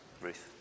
Ruth